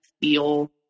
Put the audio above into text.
feel